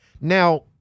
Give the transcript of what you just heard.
Now